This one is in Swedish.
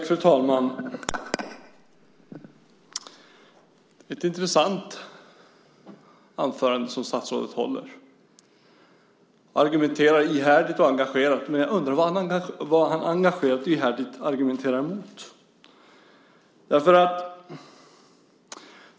Fru talman! Det var ett intressant anförande som statsrådet höll. Han argumenterade ihärdigt och engagerat, men jag undrar vad han engagerat och ihärdigt argumenterade emot.